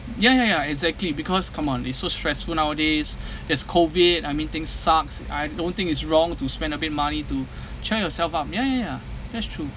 ya ya ya exactly because come on it's so stressful nowadays there's COVID I mean things sucks I don't think it's wrong to spend a bit money to cheer yourself up ya ya that's true